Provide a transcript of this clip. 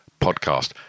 podcast